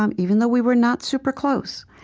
um even though we were not super close,